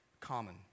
common